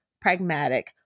pragmatic